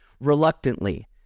reluctantly